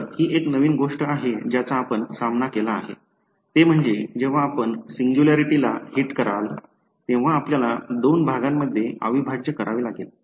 तर ही एक नवीन गोष्ट आहे ज्याचा आपण सामना केला आहे ते म्हणजे जेव्हा आपण सिंग्युलॅरिटीला हिट कराल तेव्हा आपल्याला दोन भागांमध्ये अविभाज्य करावे लागेल